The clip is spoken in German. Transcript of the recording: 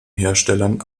herstellern